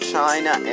China